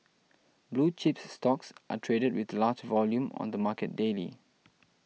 blue chips stocks are traded with large volume on the market daily